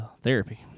Therapy